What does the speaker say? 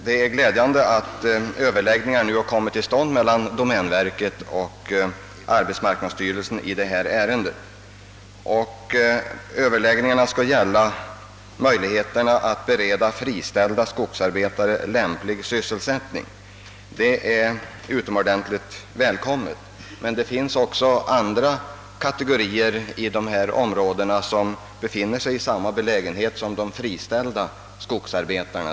Det är glädjande och utomordentligt välkommet att överläggningar nu har kommit till stånd mellan domänverket Men det finns också andra kategorier i dessa områden som befinner sig i samma belägenhet som de friställda skogsarbetarna.